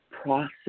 process